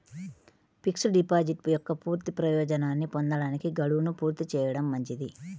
fixed deposit యొక్క పూర్తి ప్రయోజనాన్ని పొందడానికి, గడువును పూర్తి చేయడం మంచిది